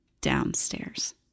downstairs